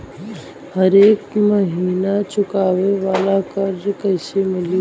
हरेक महिना चुकावे वाला कर्जा कैसे मिली?